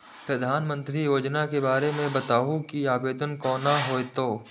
प्रधानमंत्री योजना के बारे मे बताबु की आवेदन कोना हेतै?